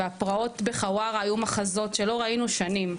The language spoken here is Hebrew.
והפרעות בחווארה היו מחזות שלא ראינו שנים.